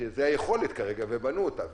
שזאת היכולת כרגע ובנו אותה,